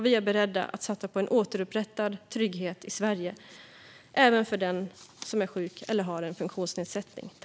Vi är beredda att satsa på en återupprättad trygghet i Sverige även för den som är sjuk eller har en funktionsnedsättning.